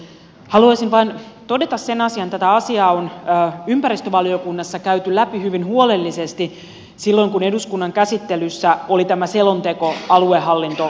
haluaisin vain todeta sen asian että tätä asiaa on ympäristövaliokunnassa käyty läpi hyvin huolellisesti silloin kun eduskunnan käsittelyssä oli tämä selonteko aluehallintouudistuksesta